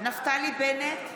נפתלי בנט,